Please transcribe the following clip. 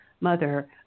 mother